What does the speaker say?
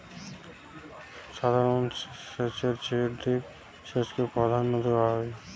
সাধারণ সেচের চেয়ে ড্রিপ সেচকে প্রাধান্য দেওয়া হয়